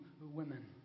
women